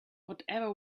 whatever